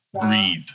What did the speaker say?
Breathe